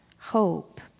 hope